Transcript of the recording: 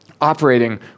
operating